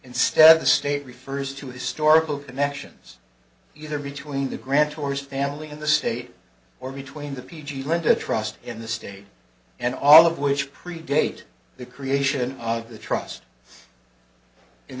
instead the state refers to historical connections either between the grand tours family in the state or between the p g linda trust in the state and all of which predate the creation of the trust in